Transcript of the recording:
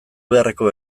beharreko